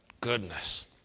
Goodness